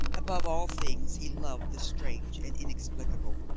above all things he loved the strange and inexplicable.